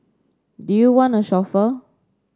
do you want a chauffeur